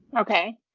Okay